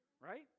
right